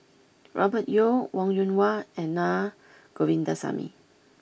Robert Yeo Wong Yoon Wah and Naa Govindasamy